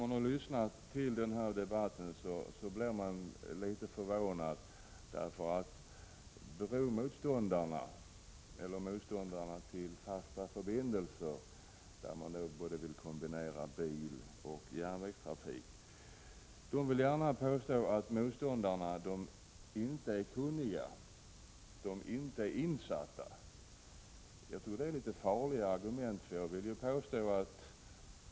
Jag har lyssnat till debatten och jag är litet förvånad. Bromotståndarna, eller motståndarna till fasta förbindelser — dvs. en kombination av biloch järnvägstrafik — vill gärna påstå att de som inte tycker lika är okunniga, att de inte är insatta i frågan. Jag tror att det är litet farligt att ta till sådana argument.